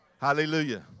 Hallelujah